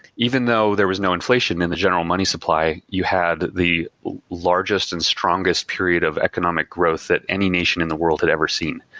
even though there was no inflation in the general money supply, you had the largest and strongest period of economic growth that any nation in the world had ever seen.